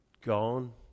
gone